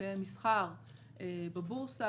מתקיים מסחר בבורסה.